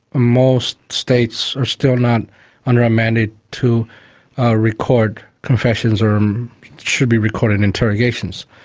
most states are still not under a mandate to record confessions, or um should be recording interrogations,